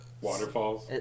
Waterfalls